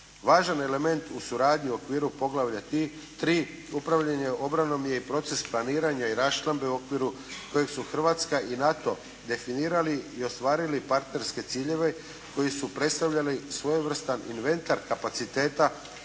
Važan element u suradnji u okviru poglavlja 3.-Upravljanje obranom, je i proces planiranja i raščlambe u okviru kojeg su Hrvatska i NATO definirali i ostvarili partnerske ciljeve koji su predstavljali svojevrstan inventar kapaciteta